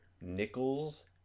nickels